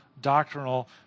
doctrinal